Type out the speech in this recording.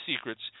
secrets